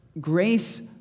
grace